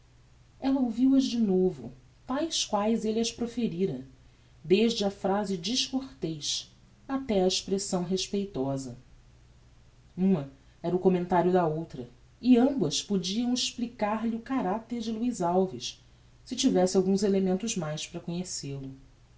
alves ella ouviu as de novo taes quaes elle as proferira desde a phrase descortez até à expressão respeitosa uma era o commentario da outra e ambas podiam explicar lhe o caracter de luiz alves se tivesse alguns elementos mais para conhece lo